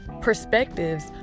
perspectives